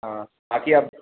ہاں باقی آپ